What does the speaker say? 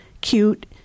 cute